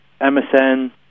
MSN